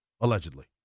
allegedly